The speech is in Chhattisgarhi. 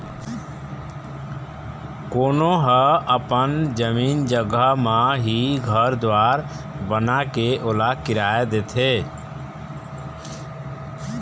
कोनो ह अपन जमीन जघा म ही घर दुवार बनाके ओला किराया देथे